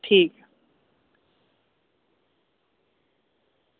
ठीक